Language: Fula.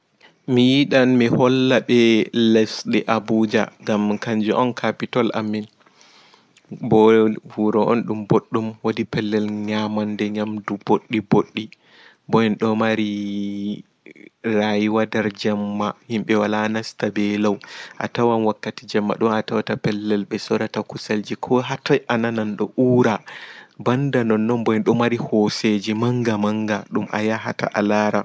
Mi yiɗan mi holla ɓe lesɗe abuja ngam kanju on kapital amin ɓo wuro on ɓo wuro on ɗum ɓoɗɗum wooɗi pellel nyamanɗe nyamɗu ɓoɗɗi ɓoɗɗi ɓo en ɗo mariii rayuwa nɗer jemma himɓe wala nasta ɓa lau a tawan wakkati jemma ɗon ha ɓe sorata kusel ko hatoy a nan ɓeɗo ura.